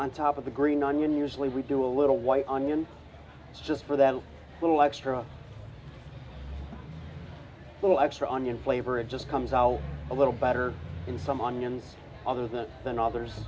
on top of the green onion usually we do a little white onion just for that little extra little extra onion flavor it just comes out a little better in some onions other than than others